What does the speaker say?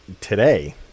today